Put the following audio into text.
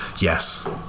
Yes